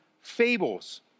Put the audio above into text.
fables